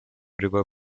river